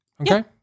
Okay